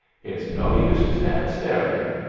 it's no use to stand staring.